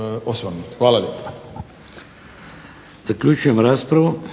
(HDZ)** Zaključujem raspravu.